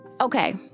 Okay